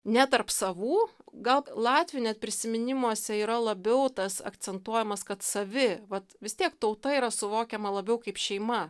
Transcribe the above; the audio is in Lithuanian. ne tarp savų gal latvių net prisiminimuose yra labiau tas akcentuojamas kad savi vat vis tiek tauta yra suvokiama labiau kaip šeima